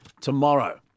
tomorrow